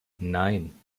nein